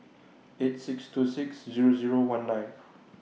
eight six two six Zero Zero one nine